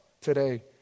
today